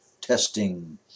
testing